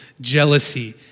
jealousy